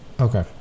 Okay